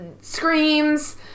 screams